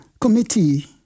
Committee